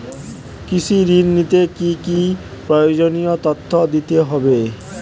কৃষি ঋণ নিতে কি কি প্রয়োজনীয় তথ্য দিতে হবে?